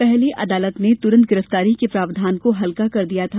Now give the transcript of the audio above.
पहले अदालत ने तुरंत गिरफ्तारी के प्रावधान को हल्का कर दिया था